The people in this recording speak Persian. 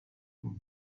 خیابان